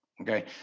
okay